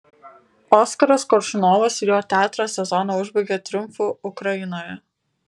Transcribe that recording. oskaras koršunovas ir jo teatras sezoną užbaigė triumfu ukrainoje